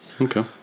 Okay